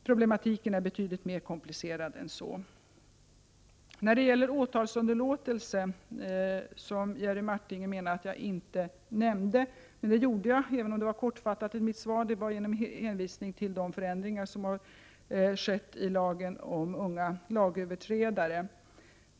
Problematiken är betydligt mer komplicerad än så. Jerry Martinger menar att jag i mitt svar inte nämnde åtalsunderlåtelse. Men det gjorde jag, även om det var kortfattat, genom hänvisning till de förändringar som har skett i lagen om unga lagöverträdare.